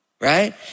Right